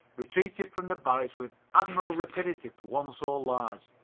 retreated from the barracks with admirable rapidity for one so large,